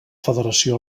federació